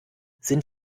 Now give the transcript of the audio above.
sind